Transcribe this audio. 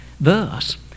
Thus